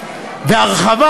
והרחבה,